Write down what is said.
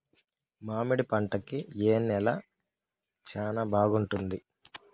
మామిడి పంట కి ఏ నేల చానా బాగుంటుంది